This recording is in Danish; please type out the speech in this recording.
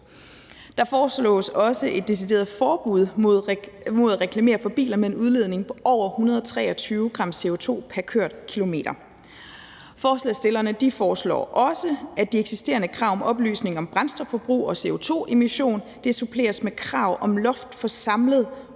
Der foreslås også et decideret forbud mod at reklamere for biler med en udledning på over 123 g CO2 pr. kørt kilometer. Forslagsstillerne foreslår også, at de eksisterende krav om oplysning om brændstofforbrug og CO2-emission suppleres med krav om loft for samlet